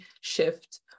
shift